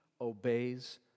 obeys